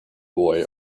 boy